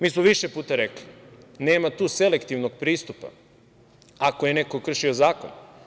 Mi smo više puta rekli – nema tu selektivnog pristupa ako je neko kršio zakon.